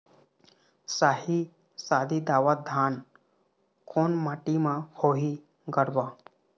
साही शाही दावत धान कोन माटी म होही गरवा?